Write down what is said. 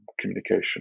communication